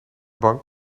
bank